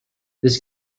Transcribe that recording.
this